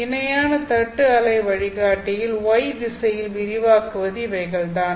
இணையான தட்டு அலை வழிகாட்டியில் y திசையில் விரிவாக்குவது இவைகள்தான்